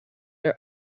are